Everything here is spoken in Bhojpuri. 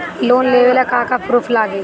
लोन लेबे ला का का पुरुफ लागि?